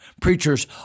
preachers